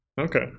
Okay